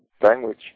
language